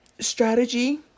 strategy